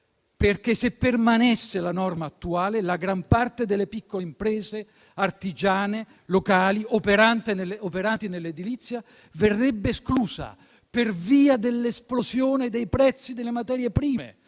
perché, se permanesse la norma attuale, la gran parte delle piccole imprese artigiane locali operanti nell'edilizia verrebbe esclusa, per via dell'esplosione dei prezzi delle materie prime,